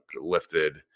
lifted